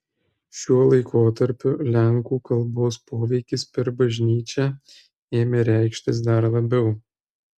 šiuo laikotarpiu lenkų kalbos poveikis per bažnyčią ėmė reikštis dar labiau